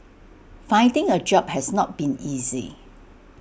finding A job has not been easy